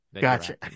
gotcha